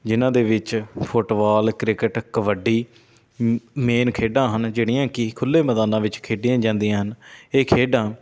ਜਿਨ੍ਹਾਂ ਦੇ ਵਿੱਚ ਫੁੱਟਬੋਲ ਕ੍ਰਿਕਟ ਕਬੱਡੀ ਮੇਨ ਖੇਡਾਂ ਹਨ ਜਿਹੜੀਆਂ ਕਿ ਖੁੱਲ੍ਹੇ ਮੈਦਾਨਾਂ ਵਿੱਚ ਖੇਡੀਆਂ ਜਾਂਦੀਆਂ ਹਨ ਇਹ ਖੇਡਾਂ